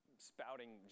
spouting